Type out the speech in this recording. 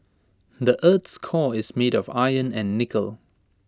the Earth's core is made of iron and nickel